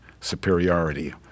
superiority